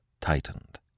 tightened